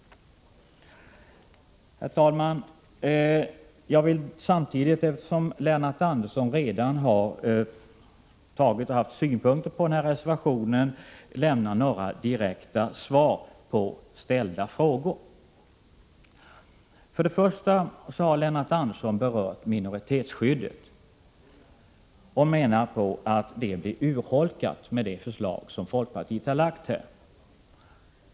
Herr talman! Eftersom Lennart Andersson redan anlagt synpunkter på denna reservation, lämnar jag några direkta svar på ställda frågor. Lennart Andersson berörde minoritetsskyddet. Han menade att det blir urholkat med det förslag som folkpartiet har lagt fram.